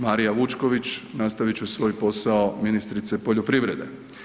Marija Vučković nastavit će svoj posao ministrice poljoprivrede.